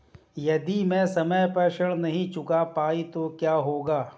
यदि मैं समय पर ऋण नहीं चुका पाई तो क्या होगा?